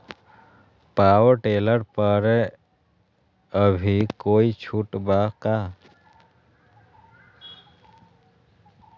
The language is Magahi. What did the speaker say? पाव टेलर पर अभी कोई छुट बा का?